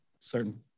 certain